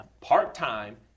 part-time